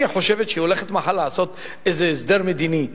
אם היא חושבת שהיא הולכת מחר לעשות איזה הסדר מדיני,